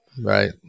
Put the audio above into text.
right